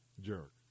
jerk